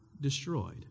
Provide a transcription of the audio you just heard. destroyed